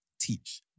teach